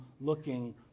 looking